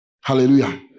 Hallelujah